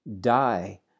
die